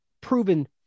proven